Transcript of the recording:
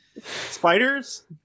Spiders